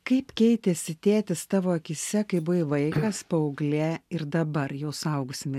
kaip keitėsi tėtis tavo akyse kai buvai vaikas paauglė ir dabar jau suaugusi mer